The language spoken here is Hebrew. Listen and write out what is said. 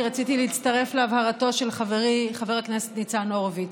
אני רציתי להצטרף להבהרתו של חברי חבר הכנסת ניצן הורוביץ.